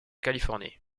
californie